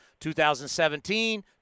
2017